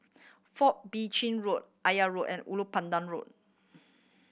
Fourth Bee Chin Road Aya Road and Ulu Pandan Road